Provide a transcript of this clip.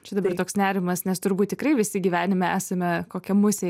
čia dabar toks nerimas nes turbūt tikrai visi gyvenime esame kokią musę